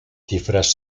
cifras